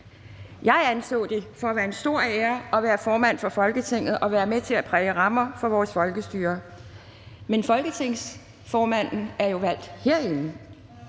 Jeg anså det for at være en stor ære at være formand for Folketinget og være med til at præge rammerne for vores folkestyre, men folketingsformanden er jo valgt herinde.